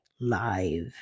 live